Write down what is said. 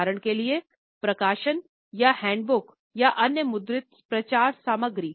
उदाहरण के लिए प्रकाशन या हैंडबुक या अन्य मुद्रित प्रचार सामग्री